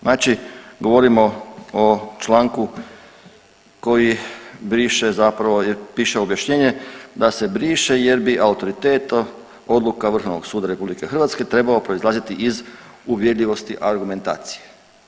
Znači govorimo o članku koji briše zapravo jer piše objašnjenje da se briše jer bi autoritet odluka Vrhovnog suda RH trebao proizlaziti iz uvjerljivosti argumentacije.